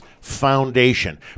foundation